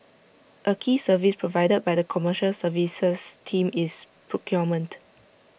A key service provided by the commercial services team is procurement